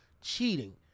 cheating